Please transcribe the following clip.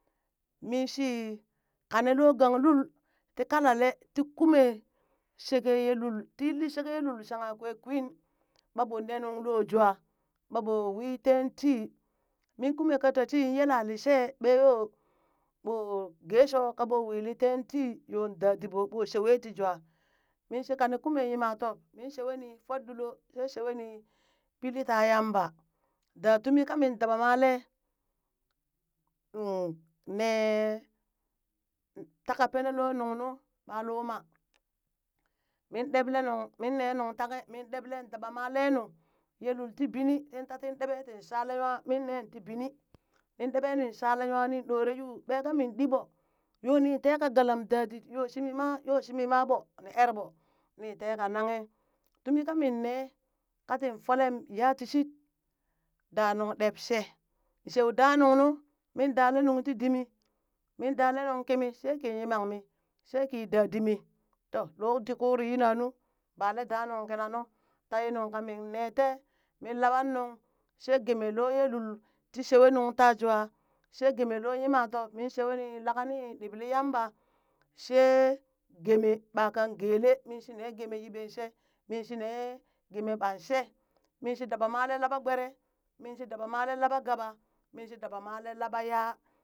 Min shi kane looh gang lul tii kalalee ti kumee shekee yee lul tii yili shekee ye lul shangha kwe kwin ɓaa ɓoo nee nuŋ loh jwaa ɓaa ɓo wii ten tii mi kumee ka tatin yalalishee ɓee yoo ɓoo gee shoo ka ɓoo wili teen tii yon da dit ɓoo ɓoo shewe ti jwa. Min shekane kume yimaa tob ti sheweni fodɗuloo shee shewe ni pil taa yamba daa tumii ka min daa baa malee. taka pene loo nuŋ nu ɓaa luma, min ɗeɓlee nuŋ mii nee nuŋ tanghe min ɗeɓlee nu min. Daba maleenuu yee lul tin bini ni tatin ɗeɓe tin shale nwa nin nen ti bini ninɗeɓe nin shale nwa, nin ɗoree yuu, ɓee ka min ɗiiɓoo yo ni teka galem dadit yoo shimi ma yoo shimii ma ɓoo nii eree ɓoo ni teka nanghe tumi kamin nee katin folem ya ti shit, daanung ɗeb shee, shew daa nungnu, min dale ti dimi min dale nung kimi she kii yimanmi, shee kii daa dimi toh lo dii kurii yina nuu bale danung kananuu. taa yee nuŋ ka min nee tee min laɓangnu she geemee loo yee lul ti shewe nuŋ tajwa she gemee loo yimang tob min shewe ni laka ni ɗiɓi yamba baa she gemee ɓa kan gelee min shi nee gemee yiben she, min shi nee gemee ɓat shee, min shi daba malee laɓa gberee, min shi damale laɓa gaba, she min shi daba malee laɓa yaa.